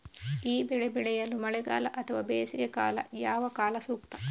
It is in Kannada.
ಈ ಬೆಳೆ ಬೆಳೆಯಲು ಮಳೆಗಾಲ ಅಥವಾ ಬೇಸಿಗೆಕಾಲ ಯಾವ ಕಾಲ ಸೂಕ್ತ?